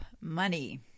money